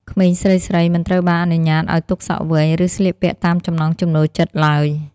ក្មេងស្រីៗមិនត្រូវបានអនុញ្ញាតឱ្យទុកសក់វែង ឬស្លៀកពាក់តាមចំណង់ចំណូលចិត្តឡើយ។